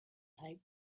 type